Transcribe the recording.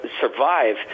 survive